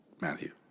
Matthew